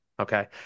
Okay